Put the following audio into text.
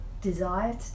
desire